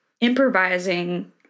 improvising